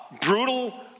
brutal